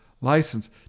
license